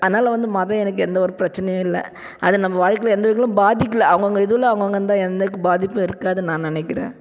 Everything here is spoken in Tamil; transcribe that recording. அதனால் வந்து மதம் எனக்கு எந்த ஒரு பிரச்சனையும் இல்லை அது நம்ம வாழ்க்கையில எந்த வகையிலும் பாதிக்கலை அவுங்கவுங்க இதுல அவுங்கவங்க இருந்தால் எந்த பாதிப்பும் இருக்காதுன்னு நான் நினைக்கிறேன்